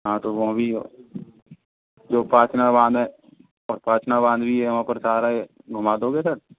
हाँ तो वो भी जो है सारा वहाँ पे घूमा दोगे सर